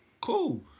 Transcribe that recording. cool